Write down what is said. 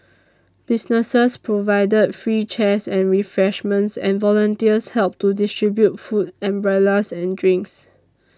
businesses provided free chairs and refreshments and volunteers helped to distribute food umbrellas and drinks